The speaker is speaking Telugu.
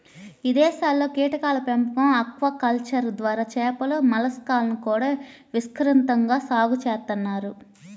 ఇదేశాల్లో కీటకాల పెంపకం, ఆక్వాకల్చర్ ద్వారా చేపలు, మలస్కాలను కూడా విస్తృతంగా సాగు చేత్తన్నారు